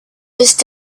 just